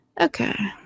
Okay